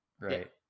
Right